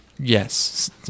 Yes